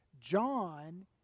John